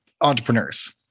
entrepreneurs